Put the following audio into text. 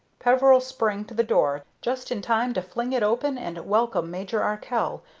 peveril sprang to the door, just in time to fling it open and welcome major arkell,